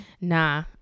Nah